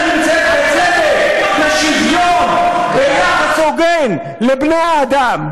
הדרך נמצאת בצדק, בשוויון, ביחס הוגן לבני האדם.